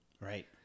Right